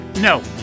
No